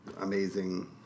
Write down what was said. amazing